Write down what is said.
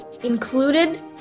included